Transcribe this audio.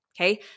Okay